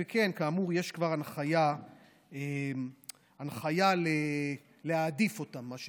וכן, כאמור יש כבר הנחיה להעדיף אותם, מה שנקרא,